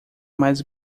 mais